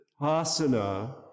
asana